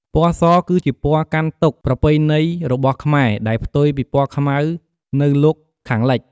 ពណ៌ស គឺជាពណ៌កាន់ទុក្ខប្រពៃណីរបស់ខ្មែរ ដែលផ្ទុយពីពណ៌ខ្មៅនៅលោកខាងលិច។